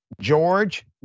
George